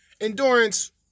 Endurance